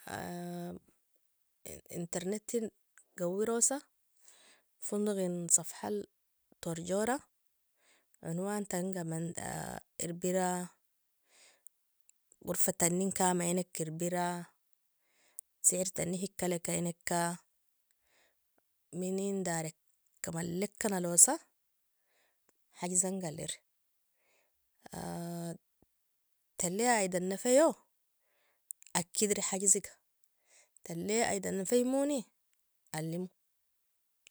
Internetin gawirosa, fondogin safhal torjora, onwantanga aman irbira gorfatanin kamaenek irbira, siertani hikalega eneka, menindareka malleka nalosa, hajzanga allir talea aidan nefayo akidri hajziga, talea aidan nefaymoni allimo.